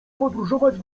podróżować